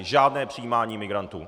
Žádné přijímání migrantů!